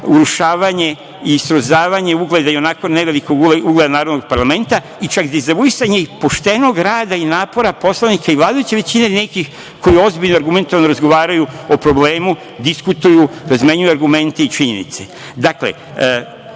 urušavanje i srozavanje ugleda i onako ne velikog ugleda narodnog parlamenta i čak dezavuisanje i poštenog rada i napora poslanika i vladajuće većine, nekih koji ozbiljno i argumentovano razgovaraju o problemu, diskutuju, razmenjuju argumente i činjenice. Dakle,